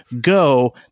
go